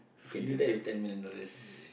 can do that with ten million dollars